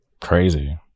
crazy